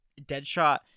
Deadshot